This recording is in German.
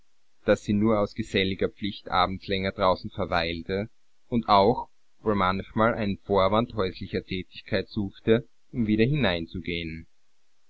daß sie nur aus geselliger pflicht abends länger draußen verweilte auch wohl manchmal einen vorwand häuslicher tätigkeit suchte um wieder hineinzugehen